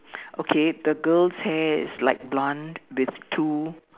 okay the girl's hair is like blonde with two